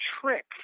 trick